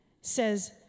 says